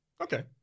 Okay